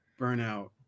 Burnout